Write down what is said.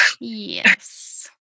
Yes